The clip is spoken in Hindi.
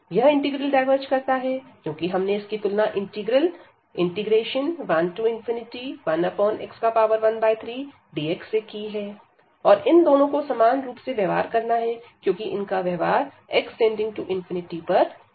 यह इंटीग्रल डायवर्ज करता है क्योंकि हमने इसकी तुलना इंटीग्रल 11x13dx से की है और इन दोनों को समान रूप से व्यवहार करना है क्योंकि इनका व्यवहार x→∞ पर समान है